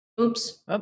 Oops